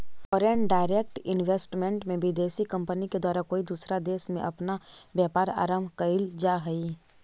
foreign direct investment में विदेशी company के द्वारा कोई दूसरा देश में अपना व्यापार आरंभ कईल जा हई